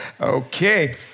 Okay